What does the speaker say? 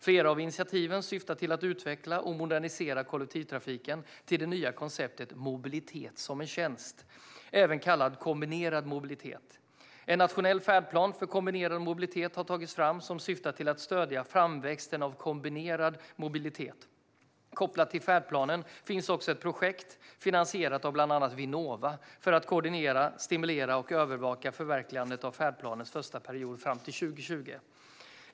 Flera av initiativen syftar till att utveckla och modernisera kollektivtrafiken till det nya konceptet mobilitet som en tjänst, även kallat kombinerad mobilitet. En nationell färdplan för kombinerad mobilitet har tagits fram. Den syftar till att stödja framväxten av kombinerad mobilitet. Kopplat till färdplanen finns också ett projekt, finansierat av bland andra Vinnova, för att koordinera, stimulera och övervaka förverkligandet av färdplanens första period fram till 2020.